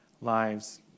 lives